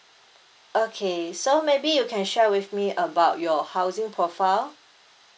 okay so maybe you can share with me about your housing profile